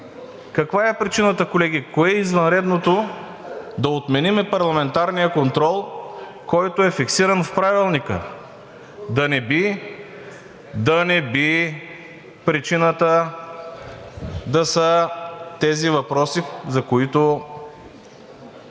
Каква е причината, колеги? Кое е извънредното да отменим парламентарния контрол, който е фиксиран в Правилника? Да не би причината да са тези въпроси, на които